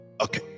Okay